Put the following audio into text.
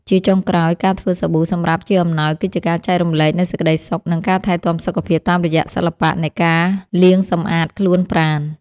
ជាចុងក្រោយ ការធ្វើសាប៊ូសម្រាប់ជាអំណោយគឺជាការចែករំលែកនូវសេចក្តីសុខ និងការថែទាំសុខភាពតាមរយៈសិល្បៈនៃការលាងសម្អាតខ្លួនប្រាណ។